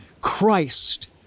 Christ